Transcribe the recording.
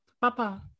Papa